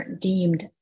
deemed